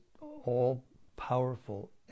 all-powerful